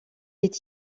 est